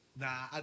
Nah